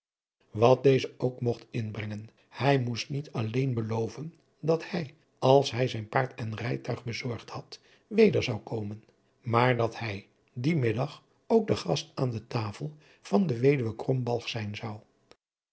wat deze ook mogt inbrengen hij moest niet alleen beloven dat hij als hij zijn paard en rijtuig bezorgd had weder zou komen maar dat hij dien middag ook de gast aan de tafel van de wed krombalg zijn zou